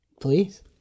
Please